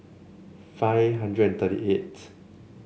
five hundred and thirty eight